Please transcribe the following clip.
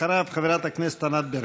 אחריו, חברת הכנסת ענת ברקו.